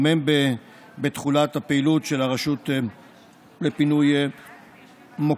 גם הם בתחולת הפעילות של הרשות לפינוי מוקשים.